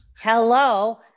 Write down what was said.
Hello